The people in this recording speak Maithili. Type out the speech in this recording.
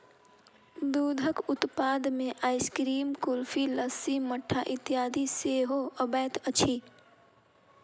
दूधक उत्पाद मे आइसक्रीम, कुल्फी, लस्सी, मट्ठा इत्यादि सेहो अबैत अछि